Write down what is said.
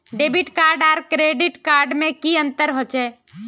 Debit card आर credit card में की अंतर होचे?